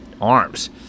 arms